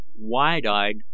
wide-eyed